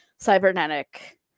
cybernetic